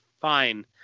fine